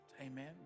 Amen